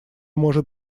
может